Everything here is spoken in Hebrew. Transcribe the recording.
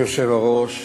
אדוני היושב-ראש,